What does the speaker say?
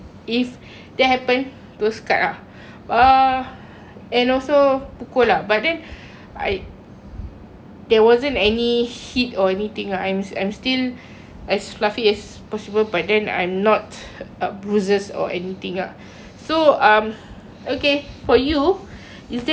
ah and also pukul lah but then I there wasn't any hit or anything ah I'm I'm still as fluffy as possible but then I'm not a bruises or anything lah uh so um okay for you is there any biggest fear about this marriage